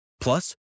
Plus